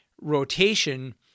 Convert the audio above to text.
rotation